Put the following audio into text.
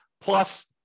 plus